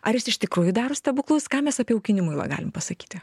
ar jis iš tikrųjų daro stebuklus ką mes apie ūkinį muilą galim pasakyti